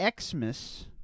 Xmas